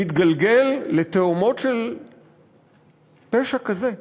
מתגלגל לתהומות של פשע כזה.